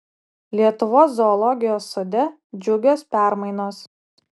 lietuvos zoologijos sode džiugios permainos